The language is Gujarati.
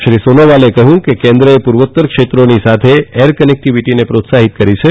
શ્રી સોનોવાલે કહ્યું કે કેન્દ્રેએ પૂર્વોતર ક્ષેત્રો સાથેની એર કનેક્ટીવીટીને પ્રોત્સાહિત કરી છે